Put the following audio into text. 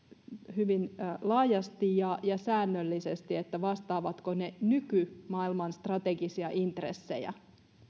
hyvin laajasti ja ja säännöllisesti vastaavatko ne nykymaailman strategisia intressejä